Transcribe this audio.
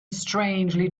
strangely